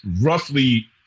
roughly